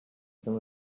some